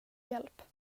hjälp